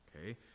okay